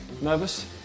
Nervous